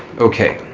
okay.